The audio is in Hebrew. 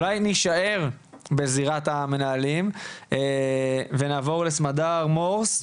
אולי נישאר בזירת המנהלים ונעבור לסמדר מורס,